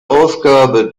ausgabe